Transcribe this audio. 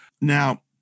Now